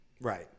Right